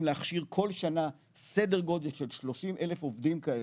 להכשיר כל שנה סדר גודל של 30 אלף עובדים כאלה,